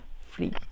free